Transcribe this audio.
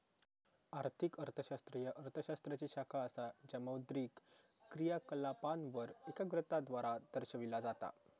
आर्थिक अर्थशास्त्र ह्या अर्थ शास्त्राची शाखा असा ज्या मौद्रिक क्रियाकलापांवर एकाग्रता द्वारा दर्शविला जाता